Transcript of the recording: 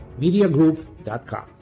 MediaGroup.com